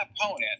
opponent